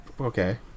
Okay